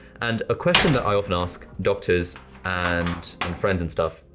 and a question that i often ask doctors and and friends and stuff,